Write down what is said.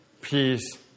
peace